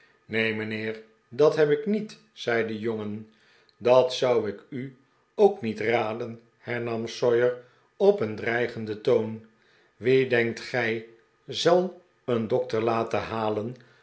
neen mijnheer dat heb ik niet zei de jongen dat zou ik u ook niet raden hernam sawyer op een dreigenden toon wie denkt gij zal een dokter laten halen